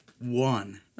one